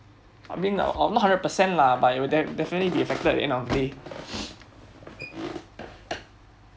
I mean not hundred percent lah but it will de~ definitely be affected end of day